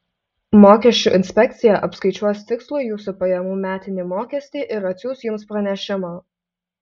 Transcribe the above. mokesčių inspekcija apskaičiuos tikslų jūsų pajamų metinį mokestį ir atsiųs jums pranešimą